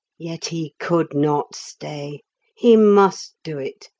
yet he could not stay he must do it,